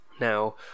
now